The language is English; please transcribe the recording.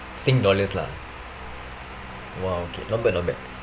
sing dollars lah !wow! okay not bad not bad